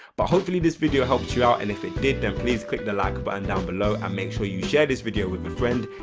but hopefully this video helps you out and if it did then please click the like button down below and make sure you share this video with a friend.